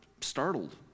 startled